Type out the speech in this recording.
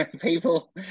people